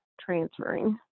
transferring